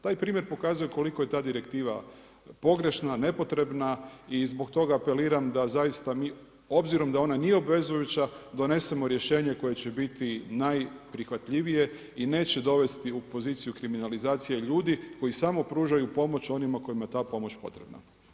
Taj primjer pokazuje koliko je ta direktiva pogrešna, nepotrebna i zbog toga apeliram da zaista mi obzirom da ona nije obvezujuća, donesemo rješenje koje će biti najprihvatljivije i neće dovesti u poziciju kriminalizacije ljudi koji samo pružaju pomoć onima kojima je ta pomoć potrebna.